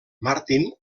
martin